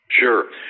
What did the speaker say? Sure